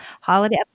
holiday